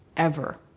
ever.